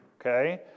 Okay